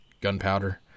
gunpowder